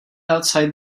outside